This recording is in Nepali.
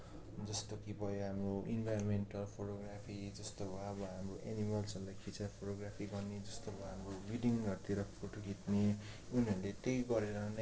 जस्तो कि भयो अब इनभाइरोमेन्टल फोटोग्राफी जस्तो भयो अब एनिमल्सहरूलाई खिचेर फोटोग्राफी गर्ने जस्तो भयो अबो विडिङहरूतिर फोटो खिच्ने उनीहरूले त्यही गरेर नै